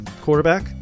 quarterback